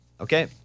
Okay